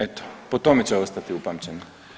Eto, po tome će ostati upamćen.